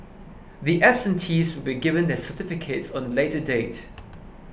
the absentees will be given their certificates on a later date